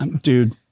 dude